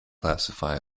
classify